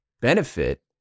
benefit